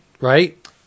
right